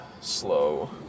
slow